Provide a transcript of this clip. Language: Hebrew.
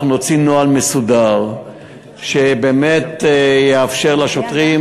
אנחנו נוציא נוהל מסודר שבאמת יאפשר לשוטרים,